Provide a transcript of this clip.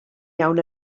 iawn